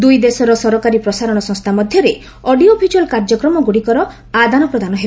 ଦୁଇ ଦେଶର ସରକାରୀ ପ୍ରସାରଣ ସଂସ୍ଥା ମଧ୍ୟରେ ଅଡ଼ିଓ ଭିଜୁଆଲ୍ କାର୍ଯ୍ୟକ୍ରମଗୁଡ଼ିକର ଆଦାନ ପ୍ରଦାନ ହେବ